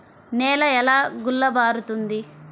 నేల ఎలా గుల్లబారుతుంది?